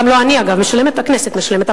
גם לא אני, אגב, משלמת, הכנסת משלמת.